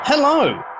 Hello